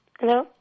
Hello